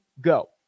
go